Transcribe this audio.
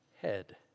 head